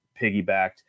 piggybacked